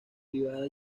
privada